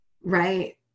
Right